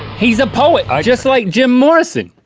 he's a poet, just like jim morrison!